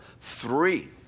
three